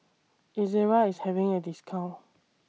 Ezerra IS having A discount